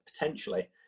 potentially